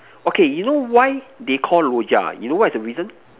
okay you know why they Call Rojak uh you know what is the reason